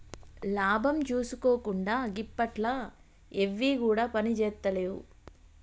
లాభం జూసుకోకుండ గిప్పట్ల ఎవ్విగుడ పనిజేత్తలేవు